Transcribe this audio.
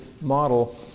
model